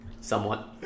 somewhat